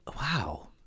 Wow